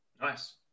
Nice